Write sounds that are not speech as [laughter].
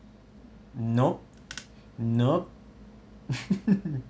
nope nope [laughs]